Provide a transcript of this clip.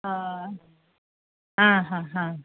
हय आं हां हां